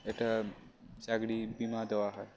এটা চাকরি বিমা দেওয়া হয়